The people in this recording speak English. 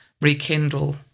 rekindle